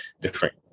different